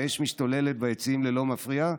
האש משתוללת ביציעים ללא מפריע.